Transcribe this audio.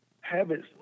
habits